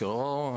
בוקר אור,